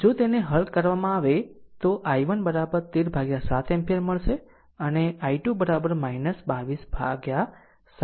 જો તેને હલ કરવામાં આવે તો i1 13 7 એમ્પીયર મળશે અને i2 22 7 એમ્પીયર